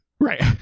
Right